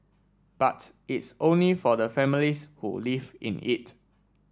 but it's only for the families who live in it